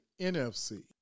NFC